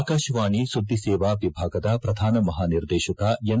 ಆಕಾಶವಾಣಿ ಸುದ್ಧಿ ಸೇವಾ ವಿಭಾಗದ ಪ್ರಧಾನ ಮಹಾನಿರ್ದೇಶಕ ಎನ್